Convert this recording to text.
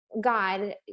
God